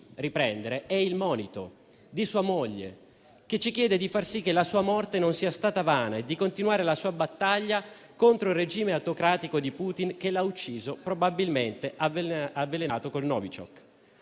sede è il monito di sua moglie, che ci chiede di far sì che la sua morte non sia stata vana e di continuare la sua battaglia contro il regime autocratico di Putin che l'ha ucciso, probabilmente avvelenandolo col Novichok.